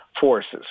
forces